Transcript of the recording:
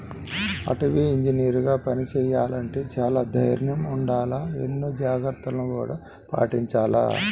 అటవీ ఇంజనీరుగా పని చెయ్యాలంటే చానా దైర్నం ఉండాల, ఎన్నో జాగర్తలను గూడా పాటించాల